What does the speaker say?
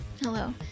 hello